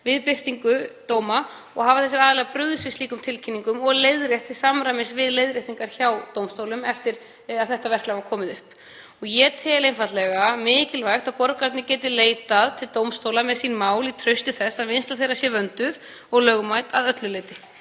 við birtingu dóma og hafa þessir aðilar brugðist við slíkum tilkynningum og leiðrétt til samræmis við leiðréttingar hjá dómstólum eftir að þessu verklagi var komið upp. Ég tel einfaldlega mikilvægt að borgararnir geti leitað til dómstóla með sín mál í trausti þess að vinnsla þeirra sé vönduð og lögmæt að öllu leyti